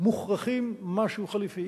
מוכרחים משהו חלופי.